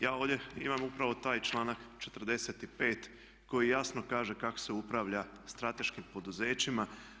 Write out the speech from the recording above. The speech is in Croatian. Ja ovdje imam upravo taj članak 45.koji jasno kaže kako se upravlja strateškim poduzećima.